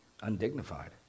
undignified